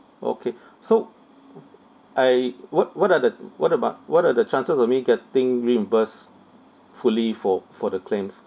okay so I what what are the what about what are the chances of me getting reimbursed fully for for the claims